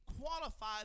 qualify